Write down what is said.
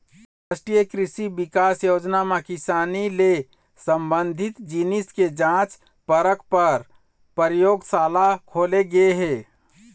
रास्टीय कृसि बिकास योजना म किसानी ले संबंधित जिनिस के जांच परख पर परयोगसाला खोले गे हे